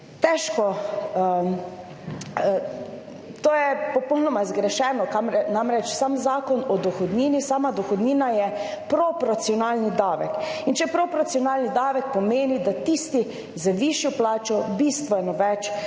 Težko, to je popolnoma zgrešeno, namreč sam Zakon o dohodnini, sama dohodnina je proporcionalni davek in če proporcionalni davek pomeni, da tisti z višjo plačo bistveno več plačujejo